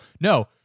No